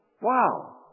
Wow